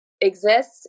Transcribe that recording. exist